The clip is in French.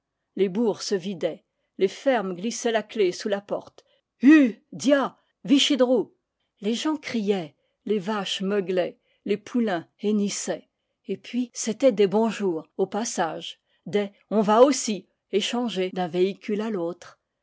les bourgs se vidaient les fermes glissaient la clef sous la porte hue dia wichidrôu les gens criaient les vaches meuglaient les poulains hennissaient et puis c'étaient des bonjour au passage des on va aussi échangés d'un véhicule à l'autre